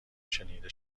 شنیده